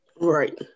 Right